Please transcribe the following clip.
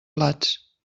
plats